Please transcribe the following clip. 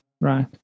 right